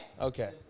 Okay